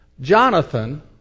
Jonathan